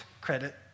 credit